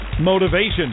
motivation